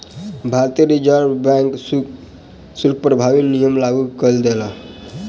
भारतीय reserve bank शुल्क प्रभावी नियम लागू कय देलक